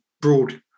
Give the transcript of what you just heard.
broad